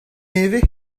nevez